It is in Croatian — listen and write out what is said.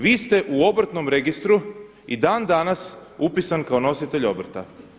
Vi ste u obrtnom registru i dan danas upisan kao nositelj obrta.